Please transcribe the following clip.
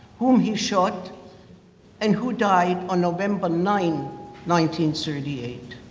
whom he shot and who died on november nine nine thirty eight.